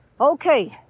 Okay